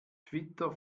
twitter